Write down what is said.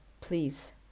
please